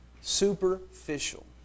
Superficial